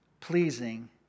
pleasing